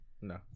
No